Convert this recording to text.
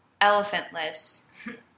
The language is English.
elephantless